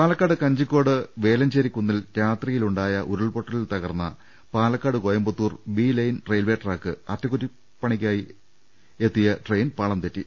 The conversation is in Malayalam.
പാലക്കാട് കഞ്ചിക്കോട് വേലഞ്ചേരിക്കുന്നിൽ രാത്രിയിലുണ്ടായ ഉരുൾപ്പൊട്ടലിൽ തകർന്ന Palakkad Coimbatore B line railway track അറ്റകുറ്റപണിക്കായി എത്തിയ ട്രെയിൻ പാളം തെറ്റി